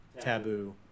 taboo